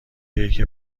کیک